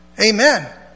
Amen